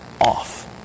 off